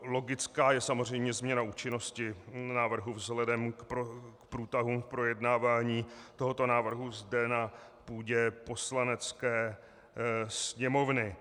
Logická je samozřejmě změna účinnosti návrhu vzhledem k průtahům v projednávání tohoto návrhu zde na půdě Poslanecké sněmovny.